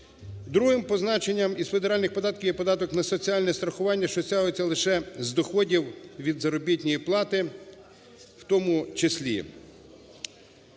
Другим по значенню із федеральних податків є податок на соціальне страхування, що стягується лише з доходів від заробітної плати в тому числі.